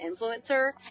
influencer